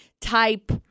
type